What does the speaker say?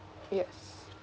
yes